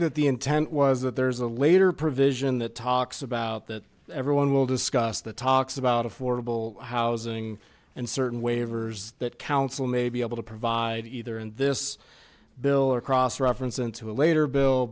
that the intent was that there's a later provision that talks about that everyone will discuss the talks about affordable housing and certain waivers that council may be able to provide either in this bill or cross reference into a later bill